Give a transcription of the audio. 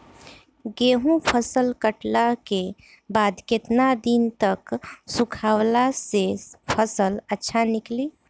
गेंहू फसल कटला के बाद केतना दिन तक सुखावला से फसल अच्छा निकली?